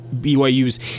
BYU's